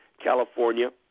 California